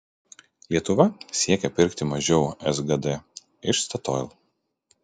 lietuva siekia pirkti mažiau sgd iš statoil